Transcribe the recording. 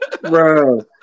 Bro